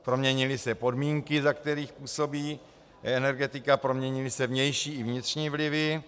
Proměnily se podmínky, za kterých působí energetika, proměňují se vnější i vnitřní vlivy.